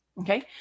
okay